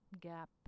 gap